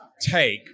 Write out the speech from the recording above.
take